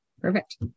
Perfect